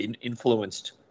influenced